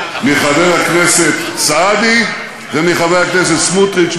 מחבר הכנסת סעדי ומחבר הכנסת סמוטריץ,